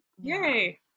yay